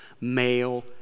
male